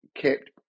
kept